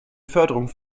förderung